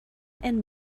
and